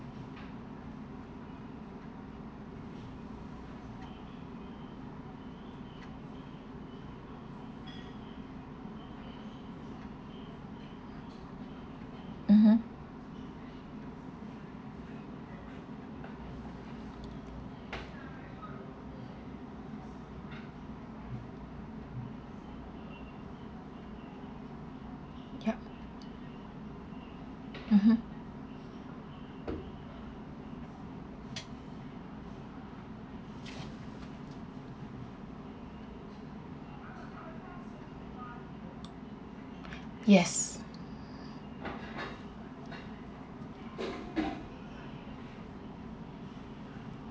mmhmm yup mmhmm yes